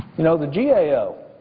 you know, the g a o.